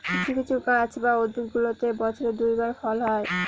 কিছু কিছু গাছ বা উদ্ভিদগুলোতে বছরে দুই বার ফল হয়